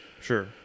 Sure